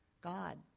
God